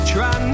Try